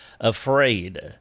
afraid